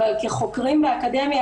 אבל כחוקרים באקדמיה,